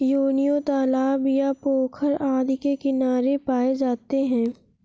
योनियों तालाब या पोखर आदि के किनारे पाए जाते हैं